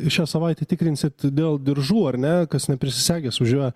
šią savaitę tikrinsit dėl diržų ar ne kas neprisisegęs važiuoja